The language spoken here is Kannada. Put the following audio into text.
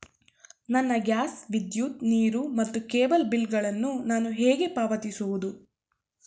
ನನ್ನ ಗ್ಯಾಸ್, ವಿದ್ಯುತ್, ನೀರು ಮತ್ತು ಕೇಬಲ್ ಬಿಲ್ ಗಳನ್ನು ನಾನು ಹೇಗೆ ಪಾವತಿಸುವುದು?